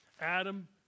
Adam